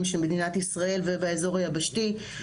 של מדינת ישראל ובאזור היבשתי.